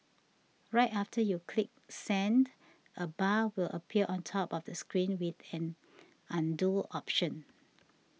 right after you click send a bar will appear on top of the screen with an Undo option